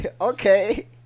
Okay